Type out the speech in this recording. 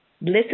listen